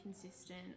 consistent